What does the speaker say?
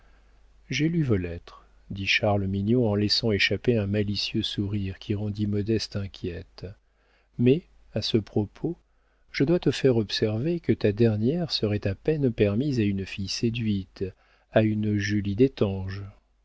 j'ai lu vos lettres dit charles mignon en laissant échapper un malicieux sourire qui rendit modeste inquiète mais à ce propos je dois te faire observer que ta dernière serait à peine permise à une fille séduite à une julie d'étanges